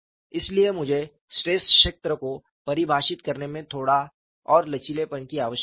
इसलिए मुझे स्ट्रेस क्षेत्र को परिभाषित करने में थोड़ा और लचीलेपन की आवश्यकता है